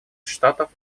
штатов